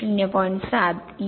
7